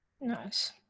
Nice